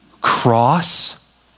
cross